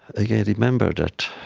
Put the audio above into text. again, remember that